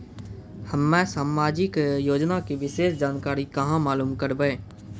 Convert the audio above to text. हम्मे समाजिक योजना के विशेष जानकारी कहाँ मालूम करबै?